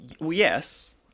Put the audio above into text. yes